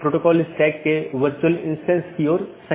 तो यह network layer reachability की जानकारी है